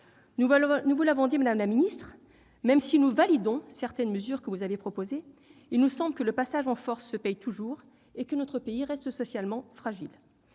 Nous vous l'avons dit, madame la ministre, même si nous validons certaines des mesures proposées, il nous semble que le passage en force se paie toujours et que notre pays reste socialement fragile.